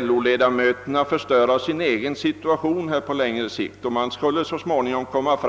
LO-ledamöterna skulle ju förstöra sin egen situation på längre sikt; så småningom skulle deras